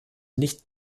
nicht